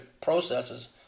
processes